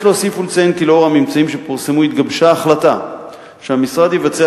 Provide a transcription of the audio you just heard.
יש להוסיף ולציין כי לאור הממצאים שפורסמו התגבשה החלטה שהמשרד יבצע